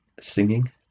singing